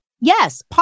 Yes